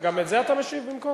גם על זה אתה משיב במקום.